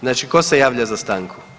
Znači, ko se javlja za stanku?